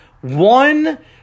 One